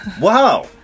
Wow